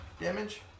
damage